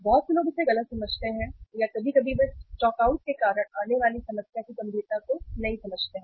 बहुत से लोग इसे गलत समझते हैं या कभी कभी वे स्टॉकआउट के कारण आने वाली समस्या की गंभीरता को नहीं समझते हैं